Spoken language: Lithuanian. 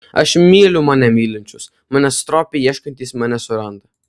aš myliu mane mylinčius manęs stropiai ieškantys mane suranda